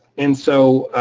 and so